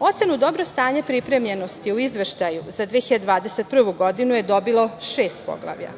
Ocenu „dobro stanje pripremljenosti“ u Izveštaju za 2021. godinu je dobilo šest poglavlja.